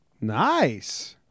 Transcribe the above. Nice